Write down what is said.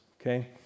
okay